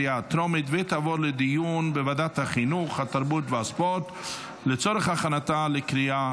2023, לוועדת החינוך, התרבות והספורט נתקבלה.